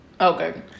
Okay